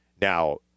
Now